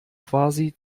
quasi